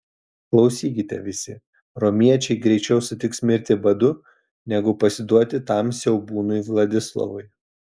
klausykite visi romiečiai greičiau sutiks mirti badu negu pasiduoti tam siaubūnui vladislovui